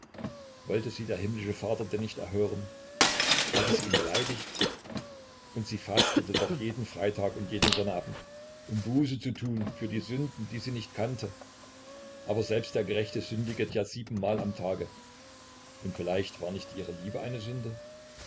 wollte sie der himmlische vater denn nicht erhören hatte sie ihn beleidigt und sie fastete doch jeden freitag und jeden sonnabend um buße zu tun für die sünden die sie nicht kannte aber selbst der gerechte sündiget ja siebenmal am tage und vielleicht war nicht ihre liebe eine sünde